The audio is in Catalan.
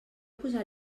posar